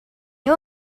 you